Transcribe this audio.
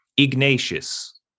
Ignatius